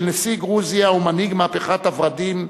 נשיא גרוזיה ומנהיג "מהפכת הוורדים",